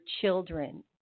children